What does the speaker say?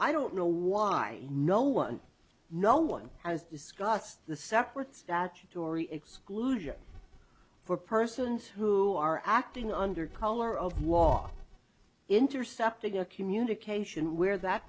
i don't know why no one no one has discussed the separate statutory exclusion for persons who are acting under color of law intercepting a communication where that